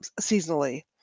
seasonally